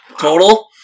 total